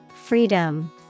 Freedom